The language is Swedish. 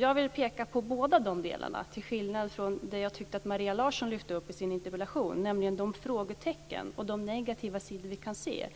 Jag vill peka på bådadera - till skillnad från vad jag tycker att Maria Larsson lyfter fram i sin interpellation, nämligen de frågetecken och de negativa sidor som vi kan se.